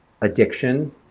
addiction